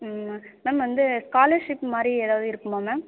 ma'am வந்து scholarship மாதிரி எதாவது இருக்குமா மேம்